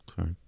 Okay